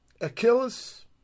Achilles